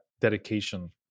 dedication